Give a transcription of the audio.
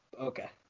Okay